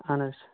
آہَن حظ